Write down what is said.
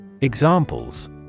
Examples